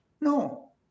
No